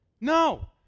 No